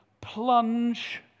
plunge